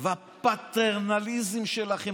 והפטרנליזם שלכם.